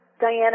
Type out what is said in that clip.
Diana